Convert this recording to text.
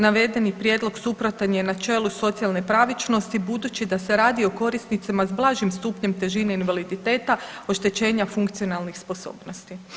Navedeni prijedlog suprotan je načelu socijalne pravičnosti budući da se radi o korisnicima s blažim stupnjem težine invaliditeta oštećenja funkcionalnih sposobnosti.